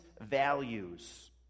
values